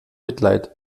mitleid